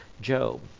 Job